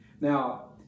Now